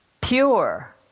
Pure